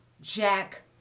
Jack